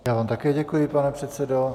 Já vám také děkuji, pane předsedo.